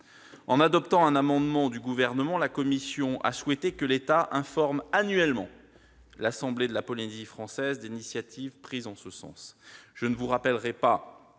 En adoptant un amendement du Gouvernement, elle a souhaité que l'État informe annuellement l'assemblée de la Polynésie française des initiatives prises en ce sens.